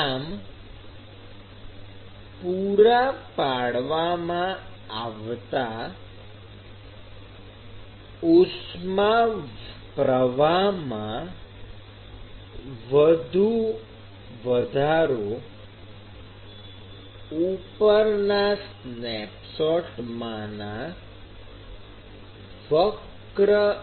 આમ પૂરા પાડવામાં આવતા ઉષ્મા પ્રવાહમાં વધુ વધારો ઉપરના સ્નેપશોટમાંના ઉત્કલન